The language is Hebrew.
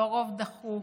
לא רוב דחוק,